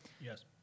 Yes